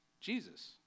Jesus